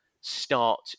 start